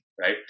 right